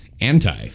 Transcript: anti